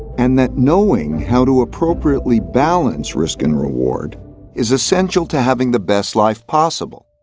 and that knowing how to appropriately balance risk and reward is essential to having the best life possible.